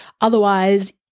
Otherwise